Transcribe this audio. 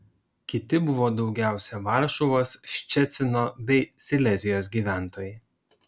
kiti buvo daugiausiai varšuvos ščecino bei silezijos gyventojai